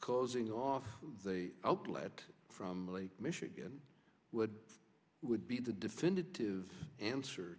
causing off the outlet from lake michigan would would be the definitive answer